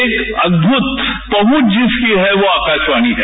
एक अदभूत पहुंच जिसकी है वो आकाशवाणी है